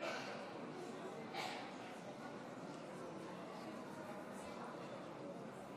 אינו נוכח אמיר אוחנה,